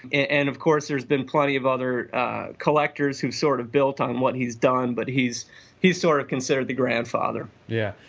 and of course there's been plenty of other collectors who sort of built on what he's done, but he's he's sort of considered the grandfather yeah,